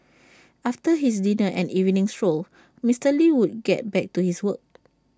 after his dinner and evening stroll Mister lee would get back to his work